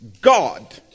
God